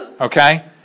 okay